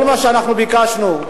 כל מה שאנחנו ביקשנו,